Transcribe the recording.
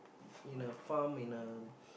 in a farm in a